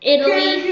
Italy